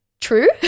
true